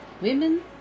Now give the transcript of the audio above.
women